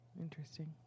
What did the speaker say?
interesting